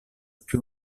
più